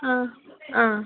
ആ ആ